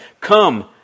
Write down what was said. Come